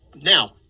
Now